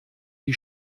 die